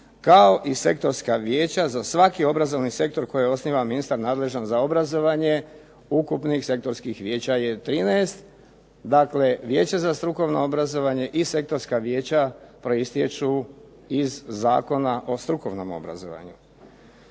kao i sektorska vijeća za svaki obrazovni sektor koji osniva ministar nadležan za obrazovanje. Ukupnih sektorskih vijeća je 13. Dakle, Vijeće za strukovno obrazovanje i sektorska vijeća proistječu iz Zakona o strukovnom obrazovanju.